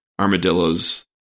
armadillos